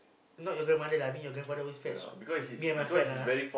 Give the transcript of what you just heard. not your grandmother lah me your grandfather always fetch me and my friend ah